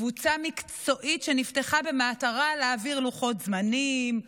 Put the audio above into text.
קבוצה מקצועית שנפתחה במטרה להעביר לוחות זמנים,